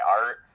art